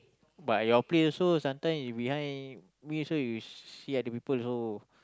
but your place so sometime you behind me so you see other people also